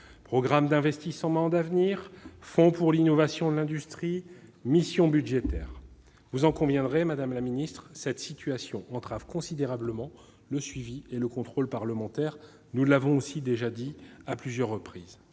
programmes d'investissements d'avenir, le Fonds pour l'innovation et l'industrie, les missions budgétaires. Vous en conviendrez, madame la ministre, cette situation entrave considérablement le suivi et le contrôle parlementaire. Nous l'avons dit à plusieurs reprises.